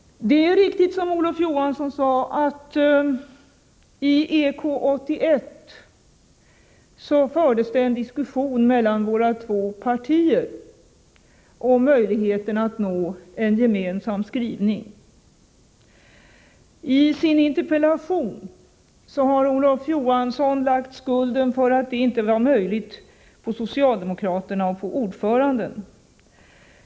Det är riktigt, som Olof Johansson sade, att det i EK 81 fördes en diskussion mellan våra två partier om möjligheten att nå en gemensam skrivning. I sin interpellation har Olof Johansson lagt skulden för att det inte var möjligt på socialdemokraterna och ordföranden.